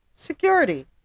Security